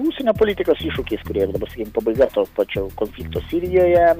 užsienio politikos iššūkiais kurie ir dabar sakykim pabaiga to pačio konflikto sirijoje